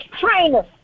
trainer